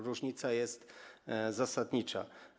Różnica jest zasadnicza.